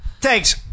Thanks